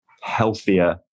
healthier